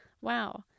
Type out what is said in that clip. Wow